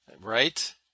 Right